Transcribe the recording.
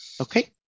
Okay